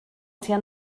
tua